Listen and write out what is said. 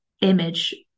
image